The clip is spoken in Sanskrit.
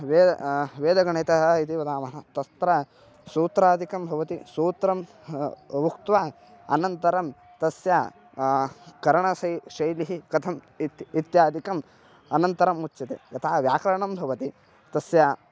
वेदः वेदगणितः इति वदामः तत्र सूत्रादिकं भवति सूत्रम् उक्त्वा अनन्तरं तस्य करणशै शैली कथम् इत् इत्यादिकम् अनन्तरम् उच्यते यतः व्याकरणं भवति तस्य